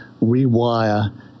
rewire